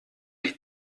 die